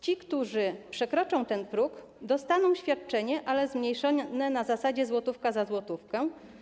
Ci, którzy przekroczą ten próg, dostaną świadczenie, ale zmniejszone na zasadzie złotówka za złotówkę.